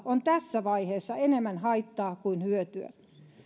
on tässä vaiheessa enemmän haittaa kuin hyötyä